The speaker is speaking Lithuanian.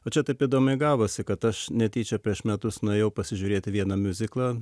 va čia taip įdomiai gavosi kad aš netyčia prieš metus nuėjau pasižiūrėti vieną miuziklą